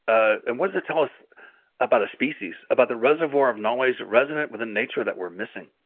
ah and what does it tell us about a species, about the reservoir of knowledge resident within nature that we're missing?